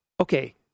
Okay